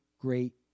great